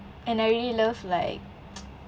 and I really love like